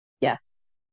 yes